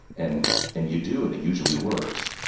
and and you do, and it usually works.